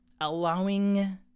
allowing